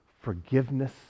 forgiveness